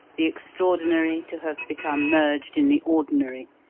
the extraordinary to have become merged in the ordinary,